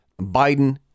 Biden